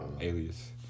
alias